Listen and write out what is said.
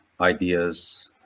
ideas